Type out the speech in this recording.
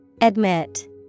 Admit